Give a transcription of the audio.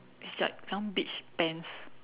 it's like some beach pants